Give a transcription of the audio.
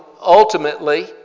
ultimately